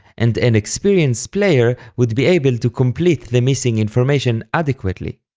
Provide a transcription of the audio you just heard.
and an experienced player would be able to complete the missing information adequately.